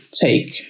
take